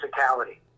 physicality